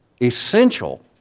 essential